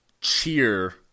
cheer